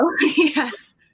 yes